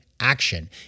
Action